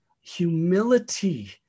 humility